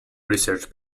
research